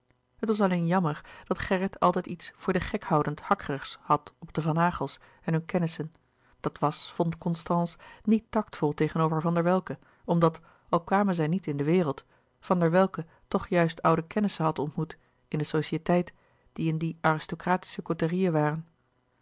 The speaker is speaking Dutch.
het was alleen jammer dat gerrit altijd iets voor den gek houdend hakkerigs had op de van naghels en hunne kennissen dat was vond constance niet tactvol tegenover van der welcke omdat al kwamen zij niet in de wereld van der welcke toch juist oude kennissen had ontmoet in de societeit die in die aristocratische côterieën waren